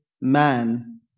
man